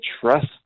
trust